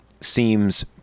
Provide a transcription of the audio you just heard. seems